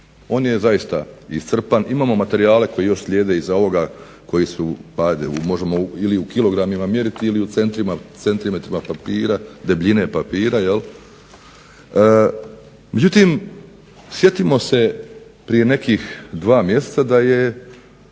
On je zaista iscrpan. Imamo materijale koji još slijede iza ovoga koji su, hajde možemo ili u kilogramima mjeriti ili centimetrima papira, debljine papira. Međutim, sjetimo se prije nekih dva mjeseca da je